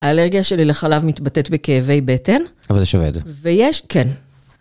האלרגיה שלי לחלב מתבטאת בכאבי בטן, אבל זה שווה את זה. ויש.. כן.